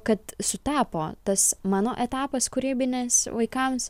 kad sutapo tas mano etapas kūrybinis vaikams